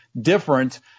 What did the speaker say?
different